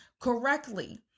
correctly